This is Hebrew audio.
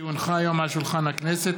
כי הונחה היום על שולחן הכנסת,